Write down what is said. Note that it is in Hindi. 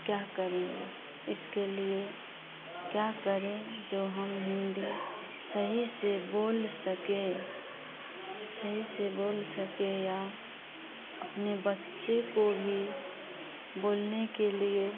क्या करेंगे इसके लिए क्या करें जो हम हिन्दी सही से बोल सकें सही से बोल सकें या अपने बच्चे को भी बोलने के लिए